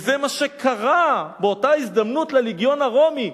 וזה מה שקרה באותה הזדמנות ללגיון הרומי.